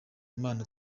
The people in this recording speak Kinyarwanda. imana